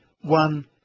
one